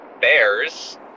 Bears